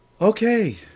okay